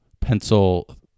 pencil